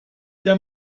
der